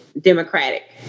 Democratic